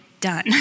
done